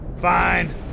Fine